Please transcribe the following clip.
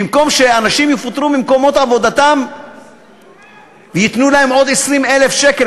במקום שאנשים יפוטרו ממקומות עבודתם וייתנו להם עוד 20,000 שקל,